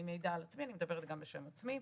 אני מעידה על עצמי, אני מדברת גם בשם עצמי.